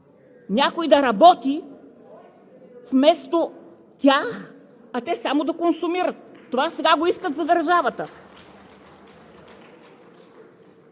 някой да работи вместо тях, а те само да консумират! Това сега го искат за държавата.